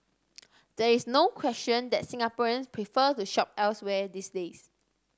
there is no question that Singaporeans prefer to shop elsewhere these days